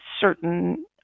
certain